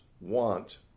want